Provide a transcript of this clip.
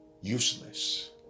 useless